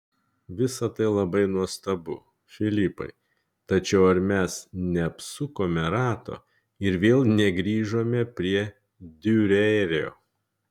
visa tai labai nuostabu filipai tačiau ar mes neapsukome rato ir vėl negrįžome prie diurerio